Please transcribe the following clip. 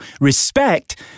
Respect